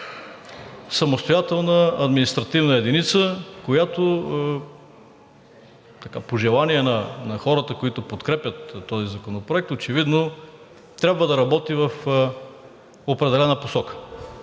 самостоятелна административна единица, която по желание на хората, които подкрепят този законопроект, очевидно трябва да работи в определена посока.